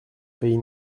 pays